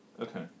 Okay